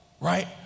right